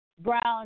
Brown